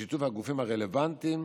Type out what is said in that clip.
בשיתוף הגופים הרלוונטיים,